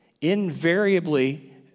invariably